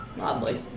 oddly